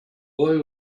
boy